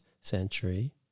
century